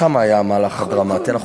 שם היה המהלך הדרמטי, נכון, נכון.